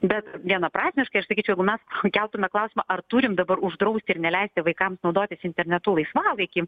bet vienaprasmiškai aš sakyčiau jeigu mes keltume klausimą ar turim dabar uždrausti ir neleisti vaikams naudotis internetu laisvalaikį